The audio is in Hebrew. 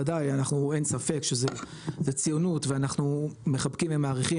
וודאי אין ספק שזה ציונות ואנחנו מחבקים ומעריכים,